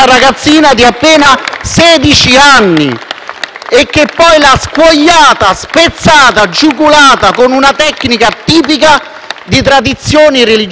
e che poi l'ha scuoiata, spezzata, giugulata con una tecnica tipica di tradizioni religiose o culturali arretrate, la macellazione.